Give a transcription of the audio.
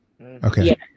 okay